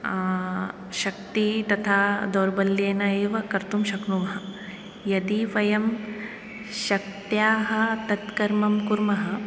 शक्ति तथा दौर्बल्येन एव कर्तुं शक्नुमः यदि वयं शक्त्याः तत् कर्म कुर्मः